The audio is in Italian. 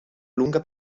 lunga